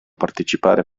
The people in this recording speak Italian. partecipare